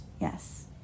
yes